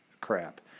crap